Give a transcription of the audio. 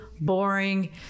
boring